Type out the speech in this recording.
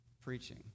preaching